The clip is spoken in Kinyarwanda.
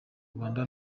rwanda